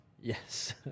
yes